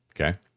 Okay